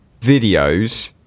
videos